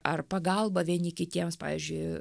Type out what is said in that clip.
ar pagalba vieni kitiems pavyzdžiui